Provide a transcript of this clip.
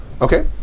Okay